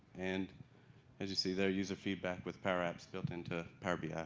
and as you see there, user feedback with powerapps built into power bi. ah